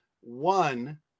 One